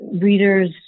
readers